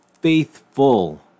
faithful